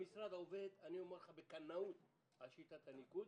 המשרד העובד אני אומר לך - בקנאות על שיטת הניקוד.